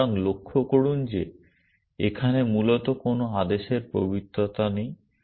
সুতরাং লক্ষ্য করুন যে এখানে মূলত কোন আদেশের পবিত্রতা নেই